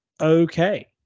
okay